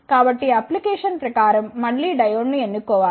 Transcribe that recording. కాబట్టి అప్లికేషన్ ప్రకారం మళ్ళీ డయోడ్ను ఎన్నుకో వాలి